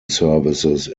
services